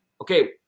okay